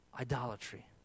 Idolatry